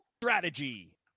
Strategy